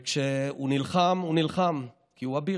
וכשהוא נלחם, הוא נלחם, כי הוא אביר.